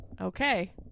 Okay